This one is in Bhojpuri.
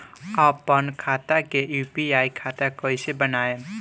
आपन खाता के यू.पी.आई खाता कईसे बनाएम?